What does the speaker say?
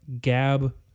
Gab